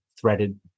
threaded